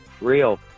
Real